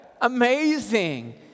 Amazing